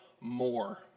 more